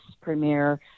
premier